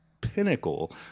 pinnacle